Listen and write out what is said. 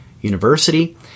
University